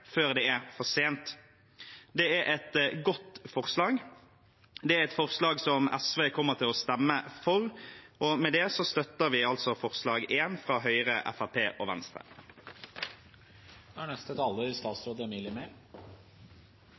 før det er for sent. Det er et godt forslag. Det er et forslag SV kommer til å stemme for. Med det støtter vi altså forslag nr. 1, fra Høyre, Fremskrittspartiet og